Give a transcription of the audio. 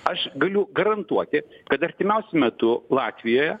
aš galiu garantuoti kad artimiausiu metu latvijoje